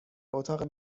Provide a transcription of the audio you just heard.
اتاق